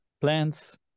Plants